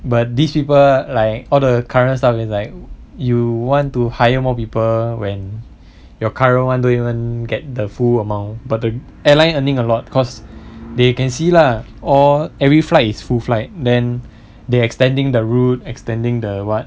but these people like all the current staff it's like you want to hire more people when your current [one] don't even get the full amount but the airline earning a lot cause they can see lah all every flight is full flight then they extending the route extending the what